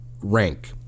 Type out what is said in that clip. rank